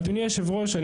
אדוני היושב ראש,